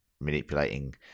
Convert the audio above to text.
manipulating